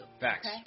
Facts